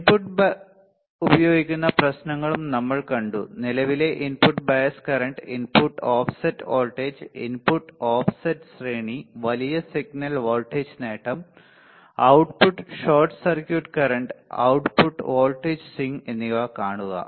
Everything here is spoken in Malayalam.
ഇൻപുട്ട് ഉപയോഗിക്കുന്ന പ്രശ്നങ്ങളും നമ്മൾ കണ്ടു നിലവിലെ input bias current input offset voltage input voltage ശ്രേണി വലിയ സിഗ്നൽ വോൾട്ടേജ് നേട്ടം output short circuit current output voltage swing എന്നിവ കാണുക